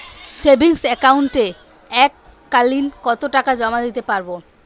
Savings একাউন্টে এক কালিন কতটাকা জমা দিতে পারব?